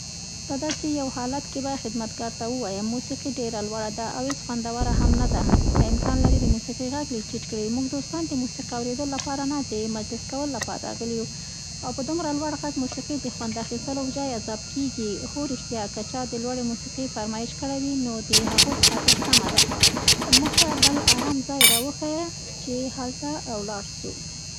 په داسې یوه حالت کې به خدمتکار ته ووایم: موسیقي ډېره لوړه ده او هېڅ خوندوره هم نه ده، که امکان لري د موسیقي غږ لږ ټیټ کړئ، موږ دوستان د موسیقي اورېدو لپاره نه، د مجلس کولو لپاره راغلي یو او په دومره لوړ غږ موسیقي د خوند اخیستلو په جای عذاب کېږي. هو، رښتیا که چا د لوړې موسیقي فرمایش کړی، نو د هغوی په خاطر سمه ده، موږ ته بل ارام ځای راوښیه ،چي هلته ولاړ سو.